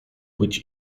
być